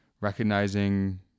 recognizing